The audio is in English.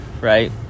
right